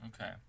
Okay